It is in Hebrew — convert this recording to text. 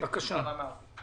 שכבר נאמרו.